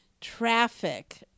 traffic